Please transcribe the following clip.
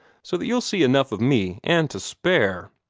so that you'll see enough of me and to spare.